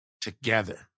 together